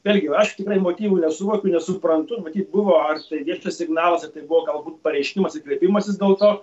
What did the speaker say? vėlgi aš tikrai motyvų nesuvokiu nesuprantu matyt buvo ar tai viešas signalas ar tai buvo galbūt pareiškimas ir kreipimasis dėl to